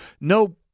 no